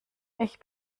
ich